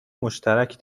مشترک